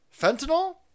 Fentanyl